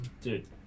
Dude